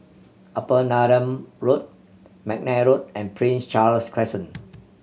Upper Neram Road McNair Road and Prince Charles Crescent